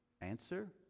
Answer